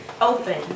open